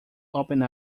open